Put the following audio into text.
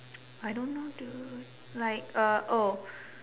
I don't know dude like uh oh